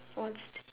what's that